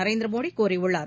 நரேந்திரமோடிகூறியுள்ளார்